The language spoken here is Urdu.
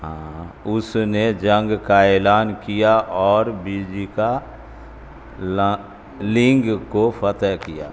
آں اس نے جنگ کا اعلان کیا اور بیجیکا لاں لنگ کو فتح کیا